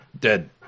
dead